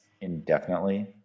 indefinitely